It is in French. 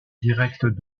direct